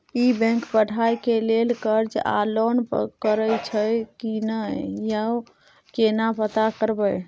ई bank पढ़ाई के लेल कर्ज आ लोन करैछई की नय, यो केना पता करबै?